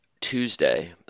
Tuesday